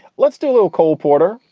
let's do little cole porter.